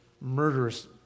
murderous